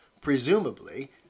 Presumably